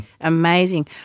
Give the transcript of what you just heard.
amazing